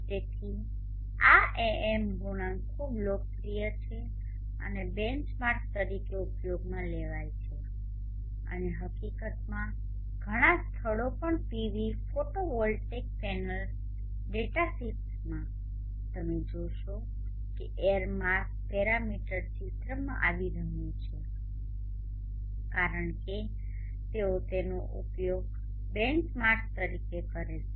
તેથી આ AM ગુણાંક ખૂબ લોકપ્રિય છે અને બેંચમાર્ક તરીકે ઉપયોગમાં લેવાય છે અને હકીકતમાં ઘણાં સ્થળો પણ પીવી ફોટોવોલ્ટેઇક પેનલ ડેટાશીટ્સમાં તમે જોશો કે એર માસ પેરામીટર ચિત્રમાં આવી રહ્યું છે કારણ કે તેઓ તેનો ઉપયોગ બેંચમાર્ક તરીકે કરે છે